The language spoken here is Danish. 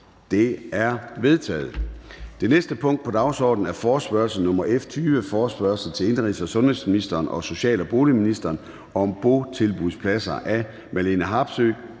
Det er vedtaget. --- Det næste punkt på dagsordenen er: 9) Forespørgsel nr. F 20: Forespørgsel til indenrigs- og sundhedsministeren og social- og boligministeren: Vil indenrigs-